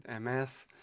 MS